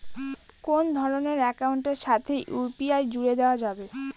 কোন ধরণের অ্যাকাউন্টের সাথে ইউ.পি.আই জুড়ে দেওয়া যাবে?